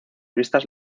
vistas